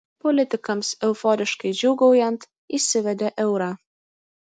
politikams euforiškai džiūgaujant įsivedė eurą